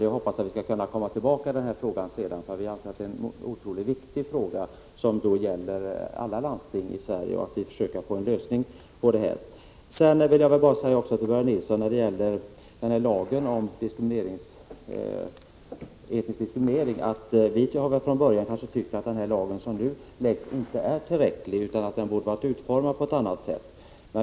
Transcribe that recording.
Jag hoppas att vi kan komma tillbaka senare i frågan, som är otroligt viktig och gäller alla landsting i Sverige, för att försöka få till stånd en lösning. Jag vill säga till Börje Nilsson när det gäller lagen om etnisk diskriminering, att folkpartiet från början ansåg att det lagförslag som nu läggs fram inte är tillräckligt utan att det borde utformas på ett annat sätt.